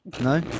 No